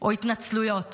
או התנצלויות